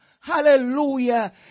Hallelujah